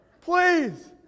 please